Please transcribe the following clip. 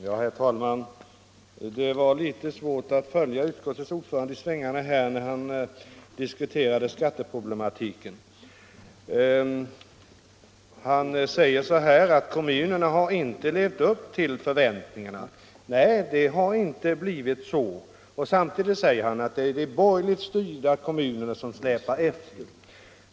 Herr talman! Det var litet svårt att följa utskottets ordförande i svängarna när han diskuterade skatteproblematiken. Han sade att kommunerna inte har levt upp till förväntningarna. Nej, det har inte blivit så. Samtidigt sade han att det är de borgerligt styrda kommunerna som släpar efter.